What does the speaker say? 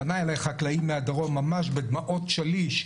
פנה אלי חקלאי מהדמעות ממש בדמעות שליש,